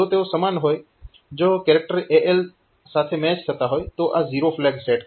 જો તેઓ સમાન હોય જો કેરેક્ટર AL સાથે મેચ થતા હોય તો આ ઝીરો ફ્લેગ સેટ થશે